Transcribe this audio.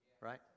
right